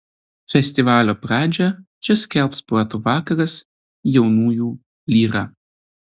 festivalio pradžią čia skelbs poetų vakaras jaunųjų lyra